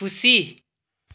खुसी